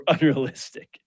unrealistic